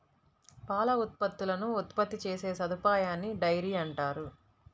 పాల ఉత్పత్తులను ఉత్పత్తి చేసే సదుపాయాన్నిడైరీ అంటారు